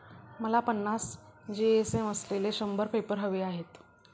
मला पन्नास जी.एस.एम असलेले शंभर पेपर हवे आहेत